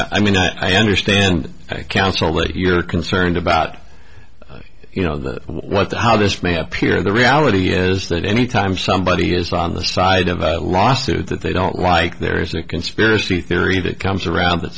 i mean i understand i counsel that you're concerned about you know what the how this may appear the reality is that any time somebody is on the side of a lawsuit that they don't like there's a conspiracy theory that comes around that